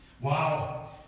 Wow